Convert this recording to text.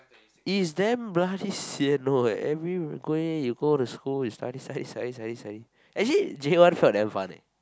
it's damn bloody sian no eh every go there you go the school it's study study study study study actually J one felt damn fun leh